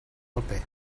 paper